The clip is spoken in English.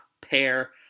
Pair